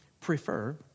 prefer